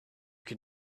can